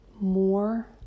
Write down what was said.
more